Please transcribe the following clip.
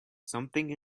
something